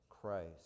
Christ